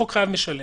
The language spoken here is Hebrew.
חוק חייב משלם.